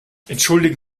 entschuldigen